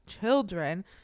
children